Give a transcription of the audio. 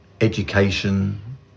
education